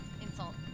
insult